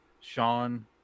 sean